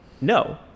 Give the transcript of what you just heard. No